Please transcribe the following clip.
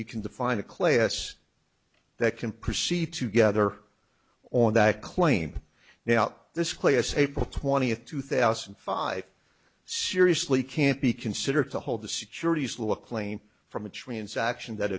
you can define a class that can proceed to gether or that claim now this class april twentieth two thousand and five seriously can't be considered to hold the securities law a plane from a transaction that